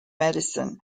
medicine